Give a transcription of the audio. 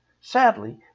Sadly